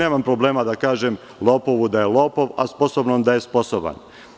Nemam problema da kažem lopovu da je lopov a sposobnom da je sposoban.